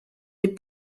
les